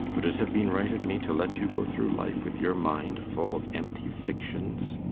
would it have been right of me to let you go through life with your mind full of empty fictions?